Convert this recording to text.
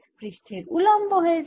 পৃষ্ঠের উলম্ব হয়ে যায়